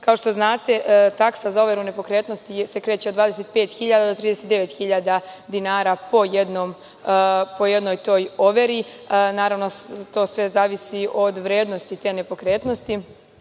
što znate, taksa za overu nepokretnosti se kreće od 25.000 do 39.000 dinara po jednoj overi. Naravno to sve zavisi od vrednosti te nepokretnosti.